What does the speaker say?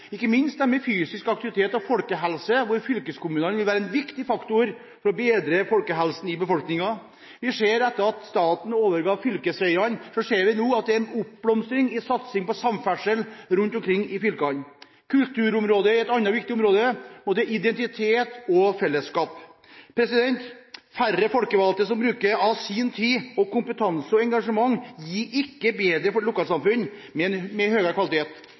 ikke minst når det gjelder fysisk aktivitet og folkehelse, vil fylkeskommunene være en viktig faktor for å bedre helsen i befolkningen. Etter at staten overga fylkesveiene til fylkene, ser vi at det nå er en oppblomstring i satsing på samferdsel rundt omkring i fylkene. Kulturområdet er et annet viktig område for både identitet og fellesskap. Færre folkevalgte som bruker av sin tid, kompetanse og engasjement, gir ikke bedre lokalsamfunn med